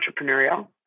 entrepreneurial